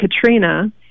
Katrina